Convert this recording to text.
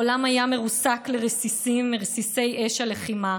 העולם היה מרוסק לרסיסים, מרסיסי אש הלחימה.